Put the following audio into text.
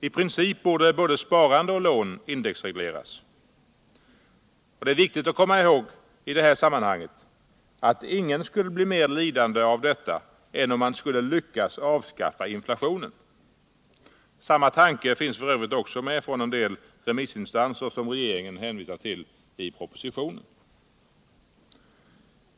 I princip borde både sparande och lån indexregleras. Det är viktigt att komma ihåg i detta sammanhang att ingen skulle bli mer lidande av detta än om man skulle lyckas avskaffa inflationen. Samma tanke finns f. ö. med från en del av de remissinstanser som regeringen hänvisar till i propositionen.